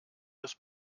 des